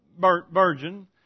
virgin